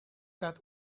that